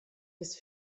des